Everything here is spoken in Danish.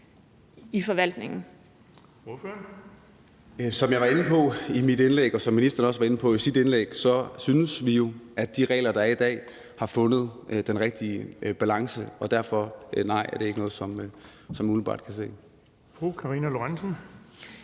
Brandenborg (S): Som jeg var inde på i mit indlæg, og som ministeren også var inde på i sit indlæg, synes vi jo, at de regler, der er i dag, har fundet den rigtige balance. Og derfor er svaret: Nej, det er ikke noget, vi umiddelbart kan se